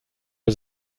wir